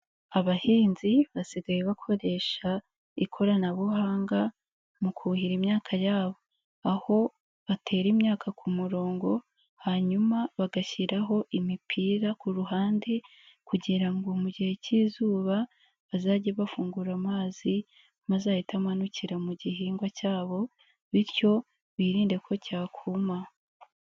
Abahinzi basigaye bakoresha ikoranabuhanga mu kuhira imyaka yabo, aho batera imyaka ku murongo hanyuma bagashyiraho imipira ku ruhande kugira ngo mu gihe cy'izuba bazajye bafungura amazi maze ahite amanukira mu gihingwa cyabo bityo birinde ko cyakuma.